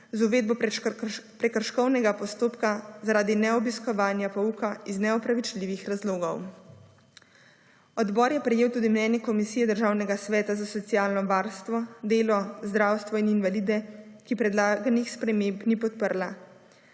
z uvedbo prekrškovnega postopka zaradi ne obiskovanja pouka iz neopravičljivih razlogov. Odbor je prejel tudi mnenje Komisije Državnega sveta za socialno varstvo, delo, zdravstvo in invalide, ki predlaganih sprememb ni podprla.